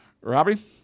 robbie